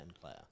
player